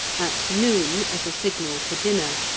at noon as a signal for dinner,